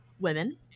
women